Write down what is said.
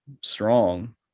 strong